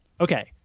Okay